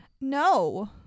No